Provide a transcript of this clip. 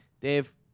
Dave